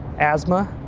asthma,